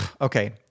okay